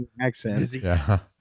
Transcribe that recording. accent